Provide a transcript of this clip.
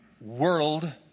world